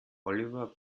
oliver